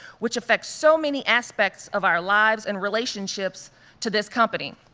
which affect so many aspects of our lives and relationships to this company.